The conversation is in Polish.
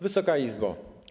Wysoka Izbo!